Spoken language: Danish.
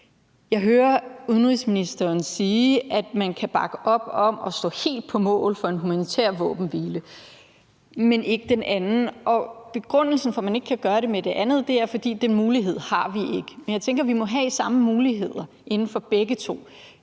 Jeg hører udenrigsministeren sige, at man kan bakke op om og stå helt på mål for en humanitær våbenhvile, men ikke det andet, og at begrundelsen for, at man ikke gøre det med det andet, er, at den mulighed har vi ikke. Men jeg tænker, at vi må have samme muligheder inden for begge to,